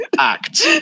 Act